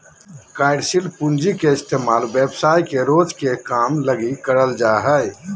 कार्यशील पूँजी के इस्तेमाल व्यवसाय के रोज के काम लगी करल जा हय